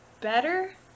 better